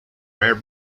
rare